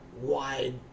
wide